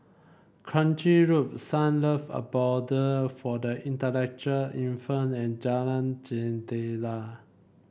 Kranji Loop Sunlove Abode for the Intellectual Infirmed and Jalan Jendela